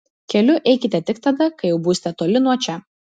keliu eikite tik tada kai jau būsite toli nuo čia